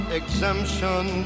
exemption